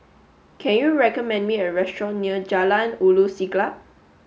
can you recommend me a restaurant near Jalan Ulu Siglap